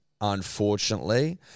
unfortunately